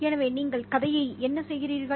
எனவே நீங்கள் கதையை என்ன செய்கிறீர்கள்